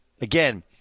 Again